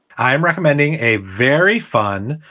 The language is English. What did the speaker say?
i am recommending a very fun.